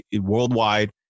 Worldwide